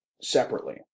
separately